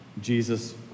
Jesus